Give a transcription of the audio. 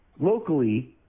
Locally